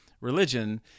religion